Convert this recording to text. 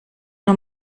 nur